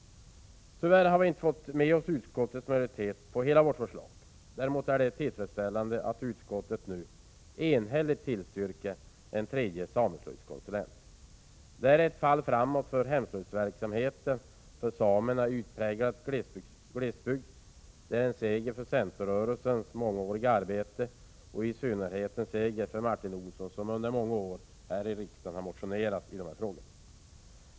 Tyvärr har vi inte fått med oss utskottets majoritet på hela vårt förslag. Däremot är det tillfredsställande att utskottet nu enhälligt tillstyrker en tredje sameslöjdskonsulent. Det är ett fall framåt för hemslöjdsverksamheten hos samerna i utpräglad glesbygd. Det är en seger för centerrörelsens mångåriga arbete och i synnerhet för Martin Olsson, som har motionerat i de här frågorna under många år här i riksdagen.